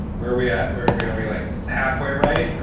where are we at? where are we are we like halfway right? are